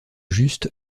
juste